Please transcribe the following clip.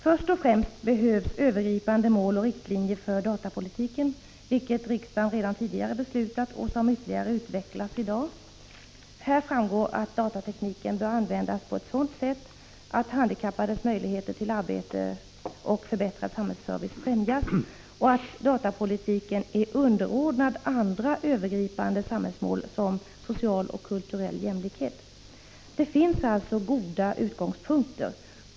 Först och främst behövs övergripande mål och riktlinjer för datapolitiken, vilket riksdagen redan tidigare har beslutat om och som ytterligare utvecklas i dag. Härav framgår att datatekniken bör användas på ett sådant sätt att handikappades möjligheter till arbete och förbättrad samhällsservice främjas samt att datapolitiken är underordnad andra övergripande samhällsmål som social och kulturell jämlikhet. Det finns alltså goda utgångspunkter.